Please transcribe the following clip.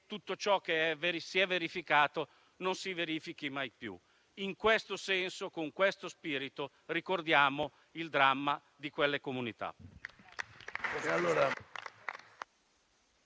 tutto ciò che si è verificato non si verifichi mai più. In questo senso e con questo spirito, ricordiamo il dramma di quelle comunità.